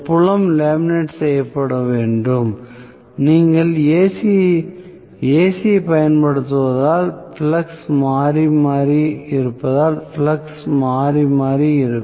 புலம் லேமினேட் செய்யப்பட வேண்டும் நீங்கள் AC யைப் பயன்படுத்துவதால் ஃப்ளக்ஸ் மாறி மாறி இருப்பதால் ஃப்ளக்ஸ் மாறி மாறி இருக்கும்